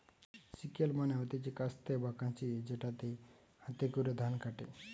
sickle মানে হতিছে কাস্তে বা কাঁচি যেটাতে হাতে করে ধান কাটে